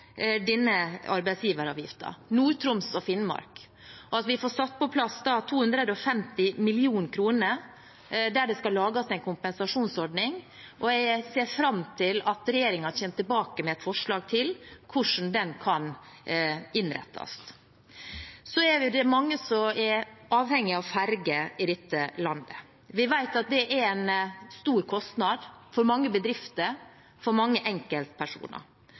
denne arbeidsgiveravgiften, og at vi får på plass 250 mill. kr, der det skal lages en kompensasjonsordning. Jeg ser fram til at regjeringen kommer tilbake med et forslag til hvordan den kan innrettes. Det er mange som er avhengige av ferge i dette landet. Vi vet at det er en stor kostnad for mange bedrifter og for mange enkeltpersoner.